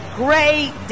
great